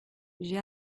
j’ai